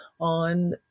on